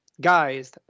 guys